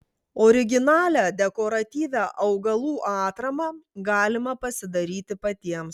originalią dekoratyvią augalų atramą galima pasidaryti patiems